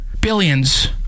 billions